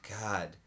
God